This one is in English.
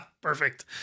Perfect